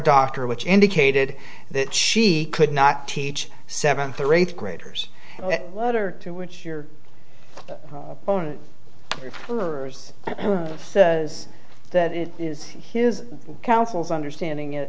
doctor which indicated that she could not teach seventh or eighth graders letter to which your own for is that it is his council's understanding